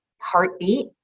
heartbeat